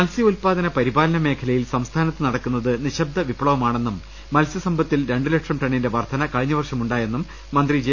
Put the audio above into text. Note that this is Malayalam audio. മത്സ്യ ഉല്പാദന പരിപാലന മേഖലയിൽ സംസ്ഥാനത്ത് നടക്കുന്നത് നിശബ്ദ വിപ്ലവമാണെന്നും മത്സ്യസമ്പത്തിൽ രണ്ടുലക്ഷം ടണ്ണിന്റെ വർധന കഴിഞ്ഞ വർഷം ഉണ്ടായെന്നും മന്ത്രി ജെ